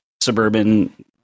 suburban